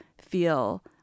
feel